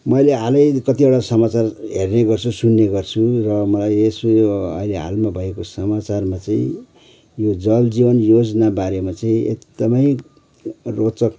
मैले हालै कतिवटा समचार हेर्ने गर्छु सुन्ने गर्छु र म् यसमा अहिले हालमा भएको समचारमा चाहिँ यो जल जीवन योजना बारेमा चाहिँ एकदमै रोचक